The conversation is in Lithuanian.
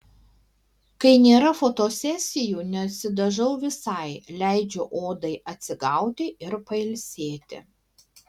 kai nėra fotosesijų nesidažau visai leidžiu odai atsigauti ir pailsėti